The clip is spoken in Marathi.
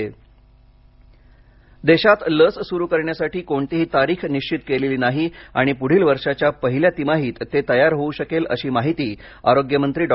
हर्ष वर्धन देशात लस सुरू करण्यासाठी कोणतीही तारीख निश्वित केलेली नाही आणि पुढील वर्षाच्या पहिल्या तिमाहीत ती तयार होऊ शकेल अशी माहिती आरोग्यमंत्री डॉ